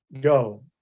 go